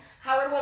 Howard